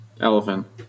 Elephant